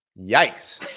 Yikes